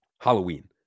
Halloween